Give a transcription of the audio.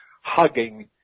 hugging